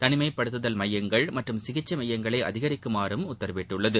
தனிமைப்படுத்துதல் மையங்கள் மற்றும் சிகிச்சை மையங்களை அதிகரிக்குமாறு உத்தரவிட்டுள்ளது